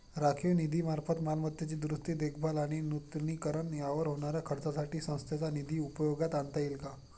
राखीव निधीमार्फत मालमत्तेची दुरुस्ती, देखभाल आणि नूतनीकरण यावर होणाऱ्या खर्चासाठी संस्थेचा निधी उपयोगात आणता येईल का?